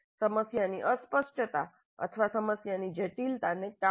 સમસ્યાની અસ્પષ્ટતા અથવા સમસ્યાની જટિલતાને ટાળો